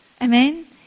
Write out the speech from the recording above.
Amen